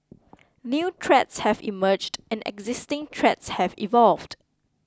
new threats have emerged and existing threats have evolved